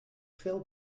veel